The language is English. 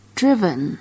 driven